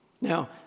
Now